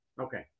Okay